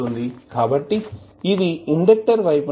కాబట్టి ఇది ఇండక్టర్ వైపు నుండి థేవినిన్ ఈక్వివలెంట్ అవుతుంది